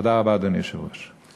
תודה רבה, אדוני היושב-ראש.